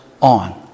on